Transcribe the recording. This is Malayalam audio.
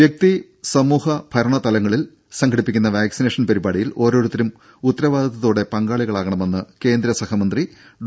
വ്യക്തി സമൂഹ ഭരണ തലങ്ങളിൽ സംഘടിപ്പിക്കുന്ന വാക്സിനേഷൻ പരിപാടിയിൽ ഓരോരുത്തരും ഉത്തരവാദിത്വത്തോടെ പങ്കാളികളാകണമെന്ന് കേന്ദ്രസഹമന്ത്രി ഡോ